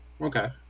okay